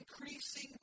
increasing